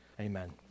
amen